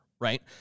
right